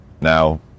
now